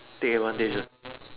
take advantage ah